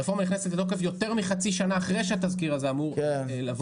הרפורמה נכנסת לתוקף יותר מחצי שנה אחרי שהתזכיר הזה אמור לבוא,